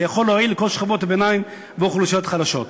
זה יכול להועיל לכל שכבות הביניים והאוכלוסיות החלשות.